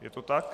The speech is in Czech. Je to tak?